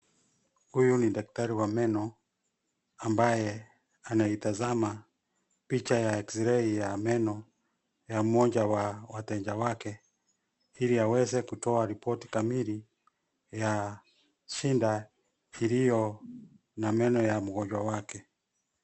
Huyu ni daktari wa meno ambaye anaitazama picha ya x-ray ya meno ya mmoja wa wateja wake ili aweze kutoa ripoti kamili ya shida iliyo na meno ya mgonjwa wake.